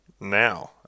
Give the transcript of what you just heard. now